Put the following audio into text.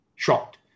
shocked